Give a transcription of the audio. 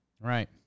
Right